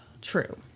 True